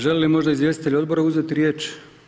Želi li možda izvjestitelj odbora uzeti riječ?